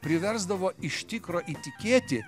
priversdavo iš tikro įtikėti